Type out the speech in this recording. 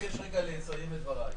אני מבקש רגע לסיים את דבריי.